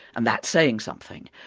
and that's saying something.